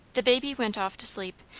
the baby went off to sleep,